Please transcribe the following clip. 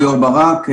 ליאור ברק,